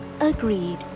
agreed